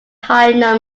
higher